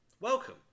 Welcome